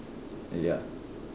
ya